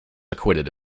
acquitted